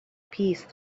peace